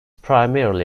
primarily